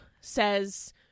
says